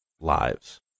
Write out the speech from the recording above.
lives